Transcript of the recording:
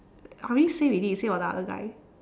I already say already you say about the other guy